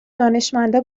دانشمندا